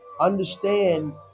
understand